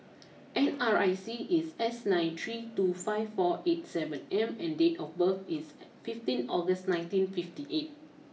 N R I C is S nine three two five four eight seven M and date of birth is fifteen August nineteen fifty eight